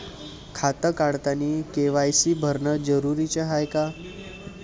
खातं काढतानी के.वाय.सी भरनं जरुरीच हाय का?